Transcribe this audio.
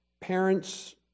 Parents